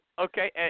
okay